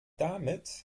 damit